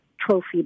trophy